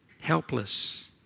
helpless